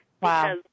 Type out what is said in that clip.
Wow